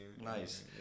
nice